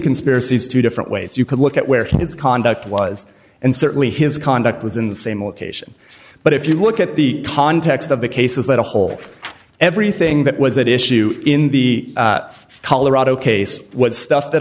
conspiracies two different ways you could look at where his conduct was and certainly his conduct was in the same location but if you look at the context of the cases that a whole everything that was that issue in the colorado case was stuff that